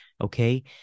okay